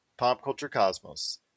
PopCultureCosmos